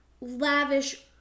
lavish